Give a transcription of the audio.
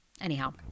Anyhow